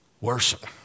Worship